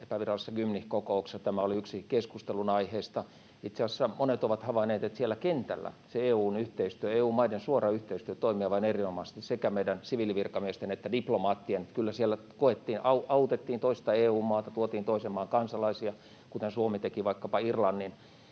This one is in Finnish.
epävirallisessa Gymnich-kokouksessa, tämä oli yksi keskustelunaiheista. Itse asiassa monet ovat havainneet, että siellä kentällä se EU:n yhteistyö, EU-maiden suora yhteistyö, toimi aivan erinomaisesti, sekä meidän siviilivirkamiesten että diplomaattien. Kyllä siellä autettiin toista EU-maata, tuotiin toisen maan kansalaisia, kuten Suomi teki vaikkapa Irlannin